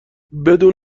بدون